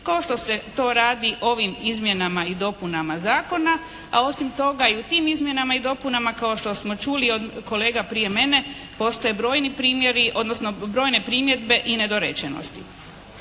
kao što se to radi ovim izmjenama i dopunama zakona a osim toga i u tim izmjenama i dopunama kao što smo čuli od kolega prije mene postoje brojni primjeri odnosno